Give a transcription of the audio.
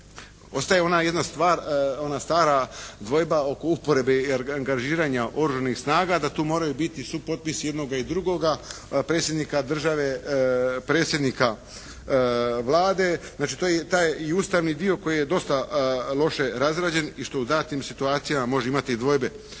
stvar, ona stara dvojba oko usporedbe i angažiranja oružanih snaga da tu moraju biti supotpisi jednoga i drugoga, predsjednika države, predsjednika Vlade. Znači to je taj i Ustavni dio koji je dosta loše razrađen i što u datim situacijama može imati dvojbe.